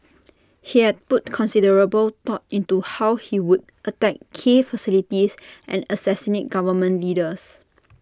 he had put considerable thought into how he would attack key facilities and assassinate government leaders